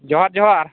ᱡᱚᱦᱟᱨ ᱡᱚᱦᱟᱨ